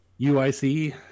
UIC